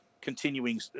continuing